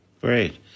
Great